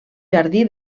jardí